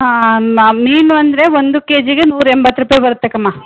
ಹಾಂ ನ ಮೀನು ಅಂದರೆ ಒಂದು ಕೆ ಜಿಗೆ ನೂರಾ ಎಂಬತ್ತು ರೂಪಾಯಿ ಬರುತ್ತೆ ಕಮ್ಮ